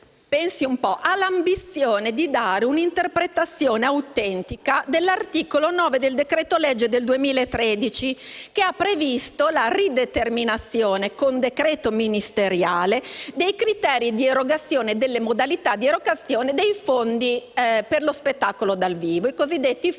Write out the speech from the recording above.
3*-sexies* ha l'ambizione di dare un'interpretazione autentica dell'articolo 9 del decreto-legge n. 91 del 2013, che ha previsto la rideterminazione, con decreto ministeriale, dei criteri e delle modalità di erogazione dei fondi per lo spettacolo dal vivo, i cosiddetti fondi